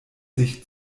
sich